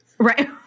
Right